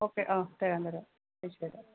okay ആ തരാം തരാം പൈസ തരാം